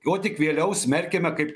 o tik vėliau smerkime kaip